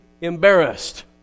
embarrassed